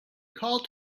called